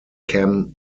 cam